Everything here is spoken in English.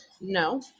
No